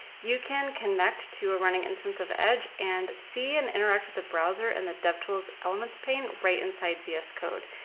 you can connect to a running instance of edge and see and interact with the browser and the devtools elements pane right inside vs code.